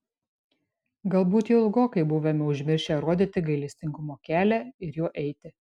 galbūt jau ilgokai buvome užmiršę rodyti gailestingumo kelią ir juo eiti